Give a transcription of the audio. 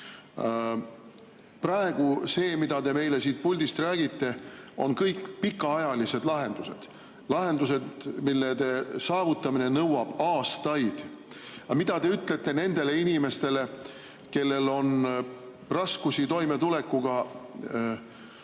Praegu see, mida te meile siit puldist räägite – need on kõik pikaajalised lahendused, lahendused, mille saavutamine nõuab aastaid. Aga mida te ütlete nendele inimestele, kellel on raskusi toimetulekuga,